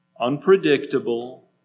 unpredictable